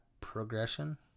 progression